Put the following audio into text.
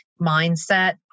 mindset